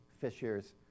fishers